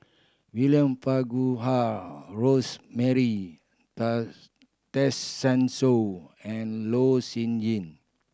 William Farquhar Rosemary Tessensohn and Loh Sin Yun